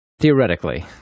Theoretically